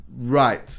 right